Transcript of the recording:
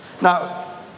Now